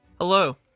Hello